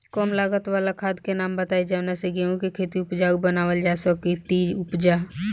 कम लागत वाला खाद के नाम बताई जवना से गेहूं के खेती उपजाऊ बनावल जा सके ती उपजा?